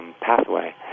Pathway